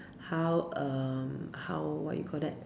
how um how what you call that